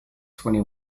twenty